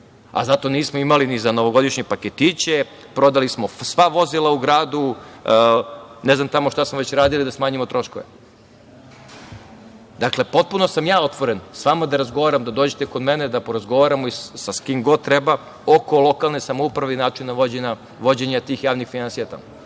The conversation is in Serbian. a zato nismo imali ni za novogodišnje paketiće, prodali smo sva vozila u gradu, ne znam tamo šta smo već radili da smanjimo troškove. Dakle, potpuno sam ja otvoren da razgovaram, da dođete kod mene da porazgovaramo sa kim god treba oko lokalne samouprave i načina vođenja tih javnih finansija